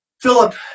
Philip